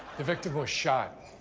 the victim was shot.